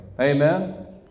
Amen